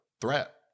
threat